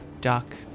Duck